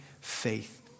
faith